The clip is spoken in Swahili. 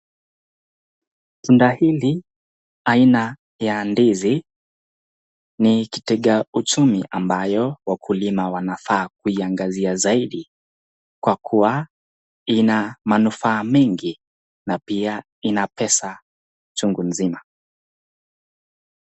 Chugwa hili aina ya ndizi, ni kitega uchumi ambayo wakulima Wanafaa kuiangalia zaidi kwa kuwa ina manufaa mengi na pia Ina pesa chungu nzima.